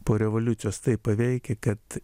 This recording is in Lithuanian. po revoliucijos taip paveikia kad